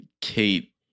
Kate